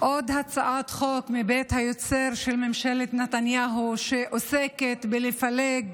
עוד הצעת חוק מבית היוצר של ממשלת נתניהו שעוסקת בלפלג